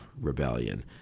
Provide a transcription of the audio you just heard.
rebellion